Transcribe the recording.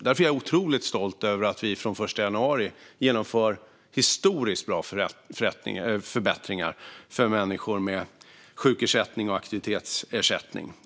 Därför är jag otroligt stolt över att vi från den 1 januari genomfört historiskt stora förbättringar för människor med sjukersättning och aktivitetsersättning.